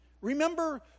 Remember